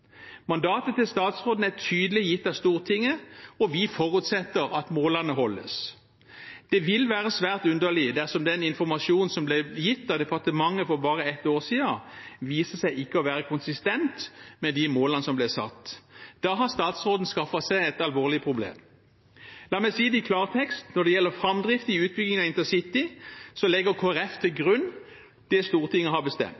Mandatet til statsråden er tydelig gitt av Stortinget, og vi forutsetter at målene holdes. Det vil være svært underlig dersom den informasjonen som ble gitt av departementet for bare ett år siden, viser seg ikke å være konsistent med de målene som ble satt. Da har statsråden skaffet seg et alvorlig problem. La meg si det i klartekst: Når det gjelder framdrift i utbyggingen av InterCity, legger Kristelig Folkeparti til grunn det Stortinget har bestemt.